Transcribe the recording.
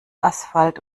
asphalt